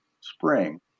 spring